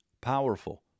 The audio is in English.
powerful